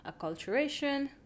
acculturation